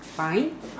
fine